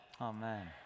Amen